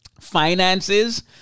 finances